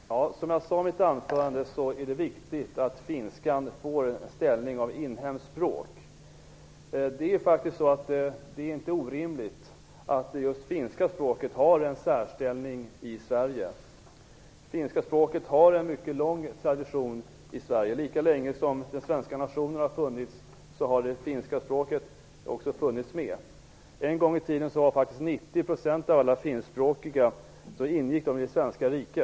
Herr talman! Som jag sade i mitt anförande är det viktigt att finskan får ställning av inhemskt språk. Det är inte orimligt att just det finska språket har en särställning i Sverige. Finska språket har en mycket lång tradition i Sverige. Lika länge som den svenska nationen har funnits har det finska språket funnits med. En gång i tiden ingick faktiskt 90 % av alla finskspråkiga i det svenska riket.